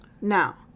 Now